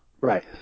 Right